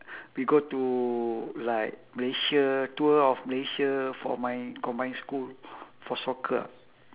we go to like malaysia tour of malaysia for my combined school for soccer ah